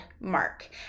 mark